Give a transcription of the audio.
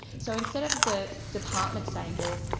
so instead of the department saying, well,